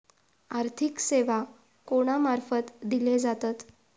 आर्थिक सेवा कोणा मार्फत दिले जातत?